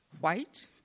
white